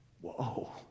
whoa